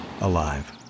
alive